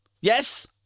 Yes